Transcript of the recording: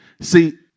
See